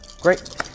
great